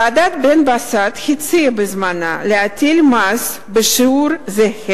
ועדת בן-בסט הציעה בזמנה להטיל מס בשיעור זהה